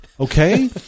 Okay